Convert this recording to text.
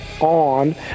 on